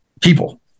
people